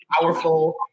powerful